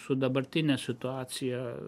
su dabartine situacija